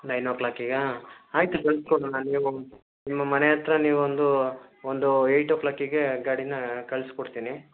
nine ಓ ಕ್ಲಾಕಿಗಾ ಆಯಿತು ಕಳಿಸ್ಕೊಡೋಣ ನೀವು ನಿಮ್ಮ ಮನೆ ಹತ್ರ ನೀವು ಒಂದು ಒಂದು ಎಯ್ಟ್ ಓ ಕ್ಲಾಕಿಗೆ ಗಾಡಿನ ಕಳ್ಸ್ಕೊಡ್ತೀನಿ